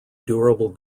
durable